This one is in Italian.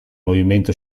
movimento